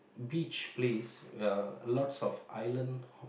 beach place ya lots of island ho~